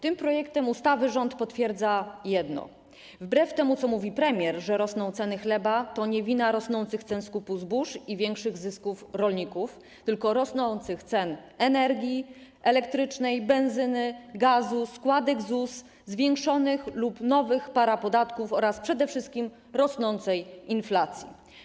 Tym projektem ustawy rząd potwierdza jedno: wbrew temu, co mówi premier, to, że rosną ceny chleba, to nie wina rosnących cen skupu zbóż i większych zysków rolników, tylko rosnących cen energii elektrycznej, benzyny, gazu, składek ZUS, zwiększonych lub nowych parapodatków oraz przede wszystkim rosnącej inflacji.